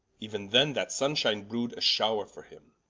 euen then that sun-shine brew'd a showre for him,